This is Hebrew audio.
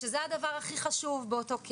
שזה הדבר הכי חשוב באותו קאפ.